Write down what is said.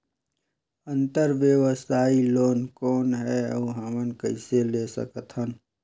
अंतरव्यवसायी लोन कौन हे? अउ हमन कइसे ले सकथन?